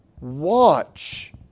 Watch